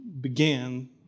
began